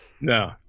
no